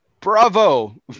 Bravo